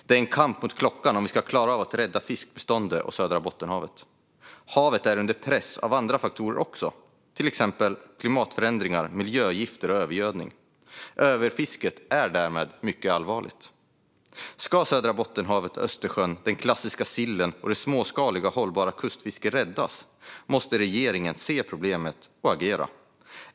Det är en kamp mot klockan om vi ska klara av att rädda fiskbestånden och södra Bottenhavet. Havet är under press även av andra faktorer, till exempel klimatförändringar, miljögifter och övergödning. Överfisket är därmed mycket allvarligt. Ska södra Bottenhavet, Östersjön, den klassiska sillen och det småskaliga, hållbara kustfisket räddas måste regeringen se problemet och agera.